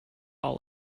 all